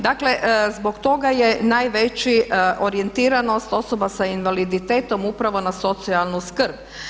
Dakle zbog toga je najveća orijentiranost osoba sa invaliditetom upravo na socijalnu skrb.